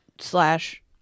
slash